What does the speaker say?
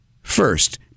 first